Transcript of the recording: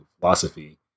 philosophy